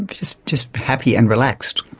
just just happy and relaxed,